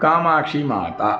Kamakshi Mata